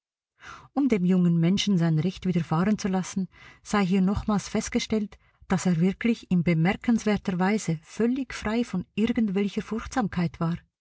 um dem jungen menschen sein recht widerfahren zu lassen sei hier nochmals festgestellt das er wirklich in bemerkenswerter weise völlig frei von irgendwelcher furchtsamkeit war